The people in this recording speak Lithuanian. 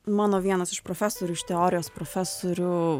mano vienas iš profesorių iš teorijos profesorių